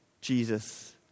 Jesus